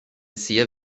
sehr